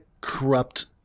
corrupt